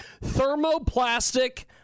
thermoplastic